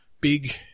big